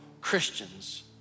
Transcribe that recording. Christians